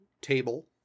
table